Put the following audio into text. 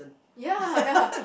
ya ya